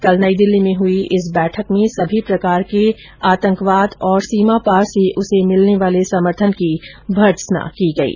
कल नई दिल्ली में हुई इस बैठक में सभी प्रकार के आतंकवाद और सीमा पार से उसे मिलने वाले समर्थन की भर्त्सना की गयी